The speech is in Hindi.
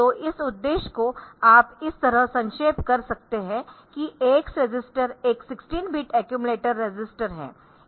तो इस उद्देश्य को आप इस तरह संक्षेप कर सकते है कि AX रजिस्टर एक 16 बिट अक्यूमलेटर रजिस्टर है